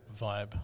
vibe